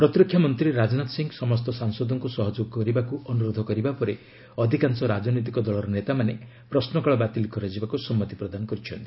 ପ୍ରତିରକ୍ଷାମନ୍ତ୍ରୀ ରାଜନାଥ ସିଂହ ସମସ୍ତ ସାଂସଦଙ୍କୁ ସହଯୋଗ କରିବାକୁ ଅନୁରୋଧ କରିବା ପରେ ଅଧିକାଂଶ ରାଜନୈତିକ ଦଳର ନେତାମାନେ ପ୍ରଶ୍ନକାଳ ବାତିଲ କରାଯିବାକୁ ସମ୍ମତି ପ୍ରଦାନ କରିଛନ୍ତି